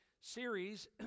series